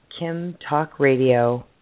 kimtalkradio